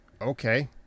okay